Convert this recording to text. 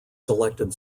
selected